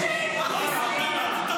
מלשנים ובכיינים.